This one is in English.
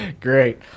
Great